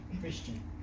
Christian